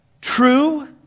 True